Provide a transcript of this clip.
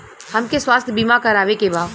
हमके स्वास्थ्य बीमा करावे के बा?